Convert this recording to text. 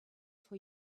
for